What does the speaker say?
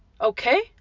okay